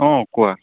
অঁ কোৱা